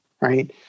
right